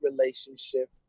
relationship